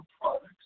products